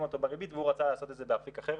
אותו בריבית והוא רצה לעשות את זה באפיק אחר